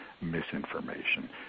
misinformation